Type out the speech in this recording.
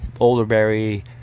Olderberry